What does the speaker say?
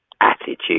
attitude